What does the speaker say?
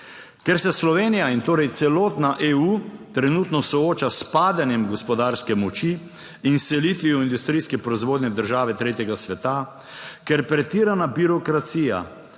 Ker se Slovenija in torej celotna EU trenutno sooča s padanjem gospodarske moči in s selitvijo industrijske proizvodnje v države tretjega sveta, ker pretirana birokracija